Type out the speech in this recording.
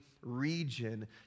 region